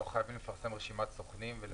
לא חייבים לפרסם רשימת סוכנים?